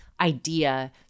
idea